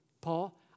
paul